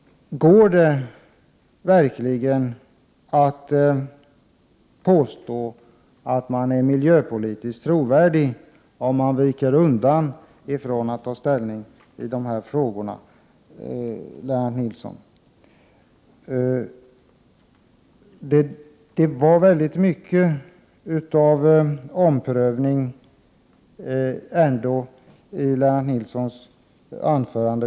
Går det verkligen att påstå att man är miljöpolitiskt trovärdig om man viker undan från att ta ställning i de här frågorna, Lennart Nilsson? Det var väldigt mycket av omprövning i Lennart Nilssons anförande.